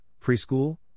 preschool